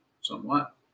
somewhat